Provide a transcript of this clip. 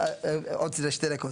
עוד שתי דקות.